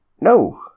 No